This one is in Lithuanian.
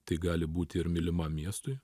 tai gali būti ir mylimam miestui